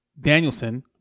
Danielson